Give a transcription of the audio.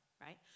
right